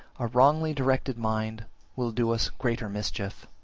a wrongly-directed mind will do us greater mischief.